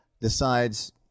decides